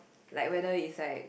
like whether it's like